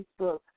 Facebook